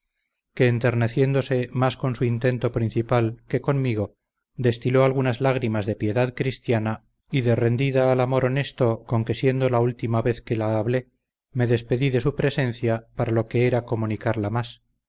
que enterneciéndose más con su intento principal que conmigo destiló algunas lágrimas de piedad cristiana y de rendida al amor honesto con que siendo la última vez que la hablé me despedí de su presencia para lo que era comunicarla más